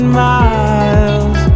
miles